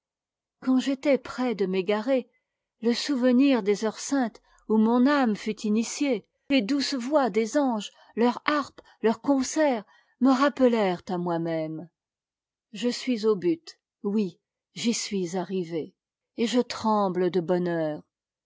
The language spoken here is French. quand j'étais près de m'égarer le souvenir des heures saintes où mon âme fut initiée les douces voix des anges leurs harpes leurs concerts me rappelèrent à moi-même je suis au but oui j'y suis arrivé et je trembie de bonheur